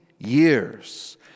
Years